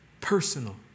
Personal